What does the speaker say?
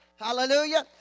hallelujah